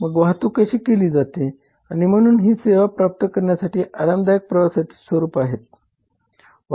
मग वाहतूक कशी केली जाते आणि म्हणून ही सेवा प्राप्तकर्त्यासाठी आरामदायक प्रवासाच्या स्वरूपात आहे